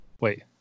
Wait